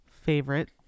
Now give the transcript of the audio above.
favorite